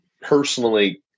personally